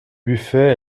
buffet